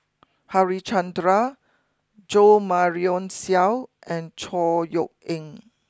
Harichandra Jo Marion Seow and Chor Yeok Eng